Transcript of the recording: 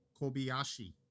Kobayashi